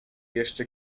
jeszcze